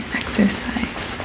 exercise